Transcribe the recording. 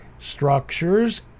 structures